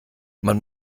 man